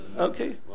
Okay